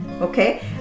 okay